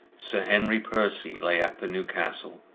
sir henry percy lay at the newcastle,